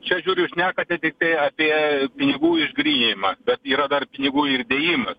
čia žiūriu šnekate tiktai apie pinigų išgryninimą bet yra dar pinigų ir įdėjimas